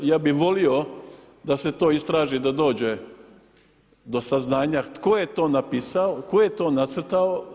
Ja bih volio da se to istraži da dođe do saznanja tko je to napisao, to je to nacrtao.